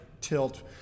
tilt